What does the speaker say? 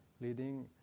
leading